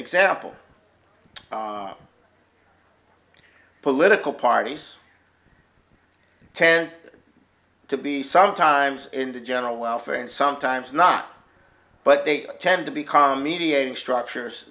example of political parties to be sometimes in the general welfare and sometimes not but they tend to become mediating structures